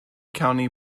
county